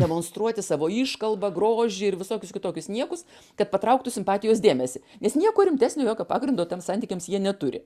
demonstruoti savo iškalbą grožį ir visokius kitokius niekus kad patrauktų simpatijos dėmesį nes nieko rimtesnio jokio pagrindo tiems santykiams jie neturi